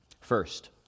First